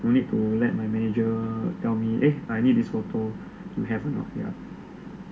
you need to let my manager tell me eh I need this photo to have or not ya